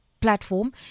platform